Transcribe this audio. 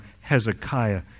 Hezekiah